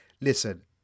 listen